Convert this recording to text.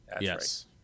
yes